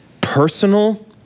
personal